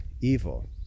evil